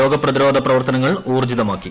രോഗ പ്രതിരോധ പ്രവർത്തനങ്ങൾ ഊർജിതമാക്കി